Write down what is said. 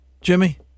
Jimmy